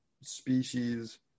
species